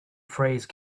phrase